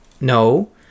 no